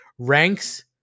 Ranks